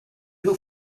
who